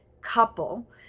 couple